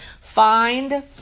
find